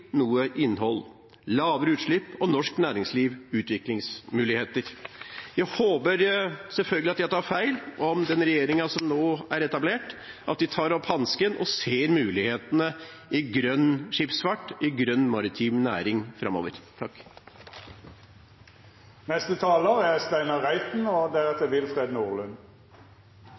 noe innhold, lavere utslipp og norsk næringsliv utviklingsmuligheter. Jeg håper selvfølgelig at jeg tar feil av den regjeringen som nå er etablert, og at de tar opp hansken og ser mulighetene i grønn skipsfart, i grønn maritim næring, framover. Trygge og konkurransedyktige arbeidsplasser er